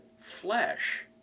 flesh